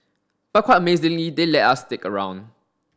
but quite amazingly they let us stick around